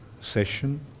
session